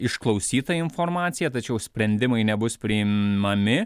išklausyta informacija tačiau sprendimai nebus priimami